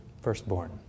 firstborn